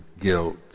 guilt